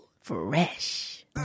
fresh